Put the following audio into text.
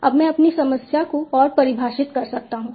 अब मैं अपनी समस्या को और परिभाषित कर सकता हूं